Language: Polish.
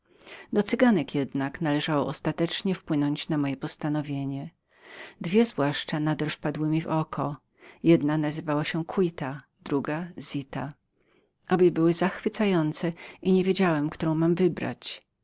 cyganek jednak należało ostatecznie wpłynąć na moje postanowienie dwie zwłaszcza nader mi wpadły w oko jedna nazywała się quitta druga zitta obie były zachwycające i nie wiedziałem którą mam wybrać